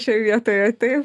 šioj vietoje taip